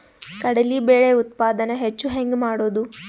ಕಡಲಿ ಬೇಳೆ ಉತ್ಪಾದನ ಹೆಚ್ಚು ಹೆಂಗ ಮಾಡೊದು?